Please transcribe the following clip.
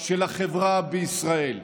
של החברה בישראל.